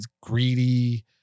greedy